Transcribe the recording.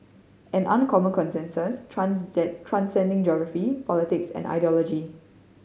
an uncommon consensus transcending geography politics and ideology